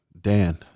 Dan